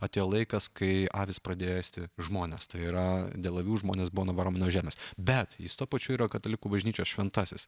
atėjo laikas kai avys pradėjo ėsti žmones tai yra dėl avių žmonės buvo nuvaromi nuo žemės bet jis tuo pačiu yra katalikų bažnyčios šventasis